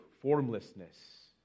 formlessness